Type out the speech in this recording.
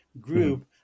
group